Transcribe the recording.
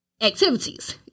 activities